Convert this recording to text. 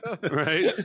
right